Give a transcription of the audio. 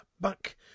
back